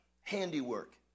handiwork